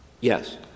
Yes